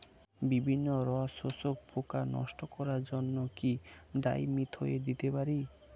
বিভিন্ন রস শোষক পোকা নষ্ট করার জন্য কি ডাইমিথোয়েট দিতে পারি?